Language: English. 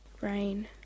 Rain